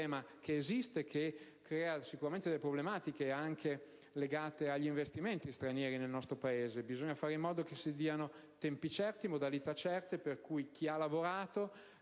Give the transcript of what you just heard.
dei pagamenti esiste e crea sicuramente delle problematiche legate anche agli investimenti stranieri nel nostro Paese. Bisogna fare in modo che si diano tempi certi, modalità certe, per cui chi ha lavorato